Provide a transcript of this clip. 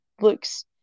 looks